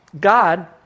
God